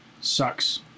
sucks